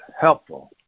helpful